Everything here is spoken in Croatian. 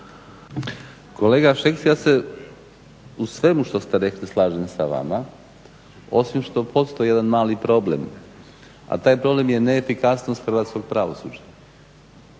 Kolega Šeks ja se u svemu što ste rekli slažem sa vama, osim što postoji jedan mali problem, a taj problem je neefikasnost hrvatskog pravosuđa.